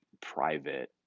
private